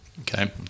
okay